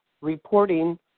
reporting